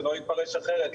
שלא יתפרש אחרת,